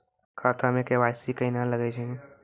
खाता मे के.वाई.सी कहिने लगय छै?